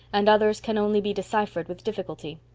and others can only be deciphered with difficulty.